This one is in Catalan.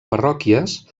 parròquies